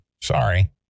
Sorry